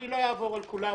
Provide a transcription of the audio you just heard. אני אעבור על כולם.